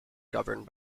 governed